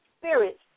spirit